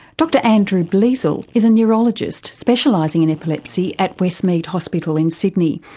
dr andrew bleasal is a neurologist specialising in epilepsy at westmead hospital in sydney,